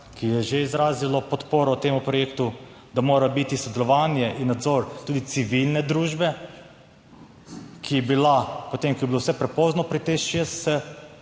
ki je že izrazilo podporo temu projektu, da mora biti sodelovanje in nadzor tudi civilne družbe, ki je bila potem, ko je